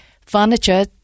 furniture